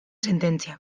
sententzia